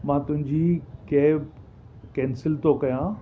मां तुहिंजी cab cancel थो कयां